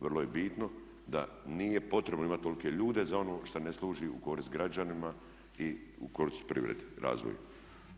Vrlo je bitno da nije potrebno imati tolike ljude za ono što ne služi u korist građanima i u korist privredi, razvoju.